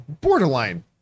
borderline